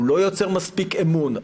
הוא לא יוצר מספיק אמון.